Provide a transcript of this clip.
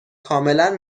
کاملا